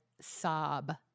sob